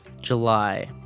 July